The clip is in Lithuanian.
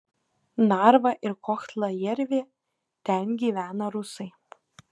narva ir kohtla jervė ten gyvena rusai